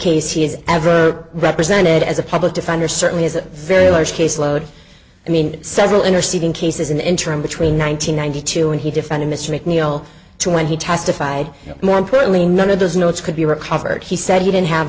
case he is ever represented as a public defender certainly is a very large caseload i mean several interceding cases in the interim between one thousand nine hundred two and he defended mr mcneil two when he testified more importantly none of those notes could be recovered he said he didn't have